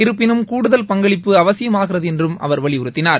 இருப்பினும் கூடுதல் பங்களிப்பு அவசியமாகிறது என்றும் திரு அவர் வலியுறுத்தினார்